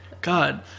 God